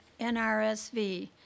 NRSV